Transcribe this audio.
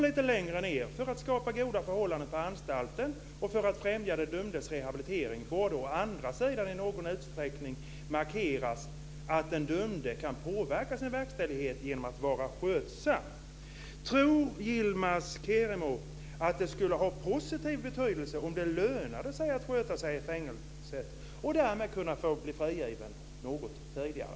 Lite längre ned står det: För att skapa goda förhållanden på anstalten och för att främja den dömdes rehabilitering borde å andra sidan i någon utsträckning markeras att den dömde kan påverka sin verkställighet genom att vara skötsam. Tror Yilmaz Kerimo att det skulle ha en positiv betydelse om det lönade sig att sköta sig i fängelset och därmed kunna få bli frigiven något tidigare?